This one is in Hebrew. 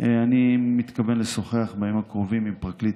אני מתכוון לשוחח בימים הקרובים עם פרקליט